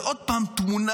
ועוד פעם תמונה,